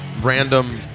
random